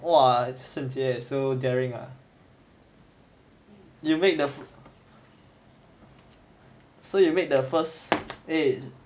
!wah! eh sheng jie so daring ah you make the so you made the first eh